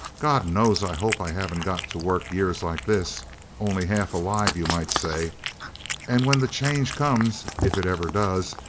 god knows i hope i haven't got to work years like this only half alive, you might say and when the change comes, if it ever does,